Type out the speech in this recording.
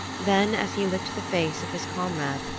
then, as he licked the face of his comrade,